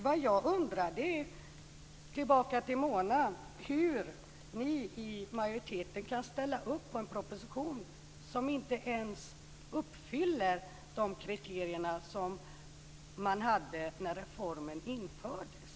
Det jag undrar, för att vända mig till Mona, är hur ni i majoriteten kan ställa upp på en proposition som inte ens uppfyller de kriterier som man hade när reformen infördes.